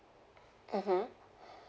mmhmm